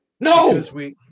No